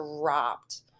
dropped